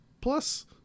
Plus